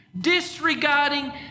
disregarding